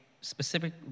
specific